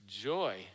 joy